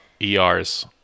ERs